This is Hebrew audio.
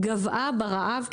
גוועה ברעב,